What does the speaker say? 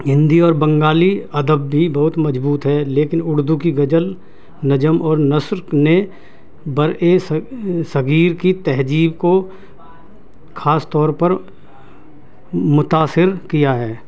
ہندی اور بنگالی ادب بھی بہت مضبوط ہے لیکن اردو کی غزل نظم اور نثر نے بر صغیر کی تہذیب کو خاص طور پر متاثر کیا ہے